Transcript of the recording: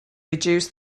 reduces